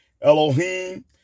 Elohim